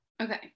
Okay